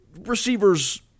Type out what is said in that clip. receivers